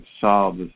solve